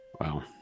Wow